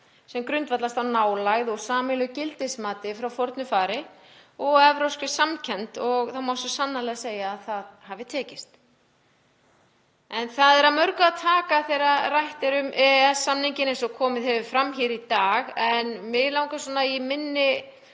sem grundvallast á nálægð, sameiginlegu gildismati frá fornu fari og evrópskri samkennd og það má svo sannarlega segja að það hafi tekist. Það er af mörgu að taka þegar rætt er um EES-samninginn eins og komið hefur fram hér í dag en mig langar í þessari